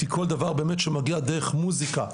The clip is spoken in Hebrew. כי כל דבר שמגיע דרך מוסיקה,